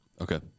Okay